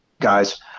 guys